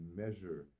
measure